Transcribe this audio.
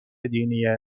دینی